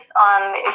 on